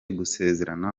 gusezerana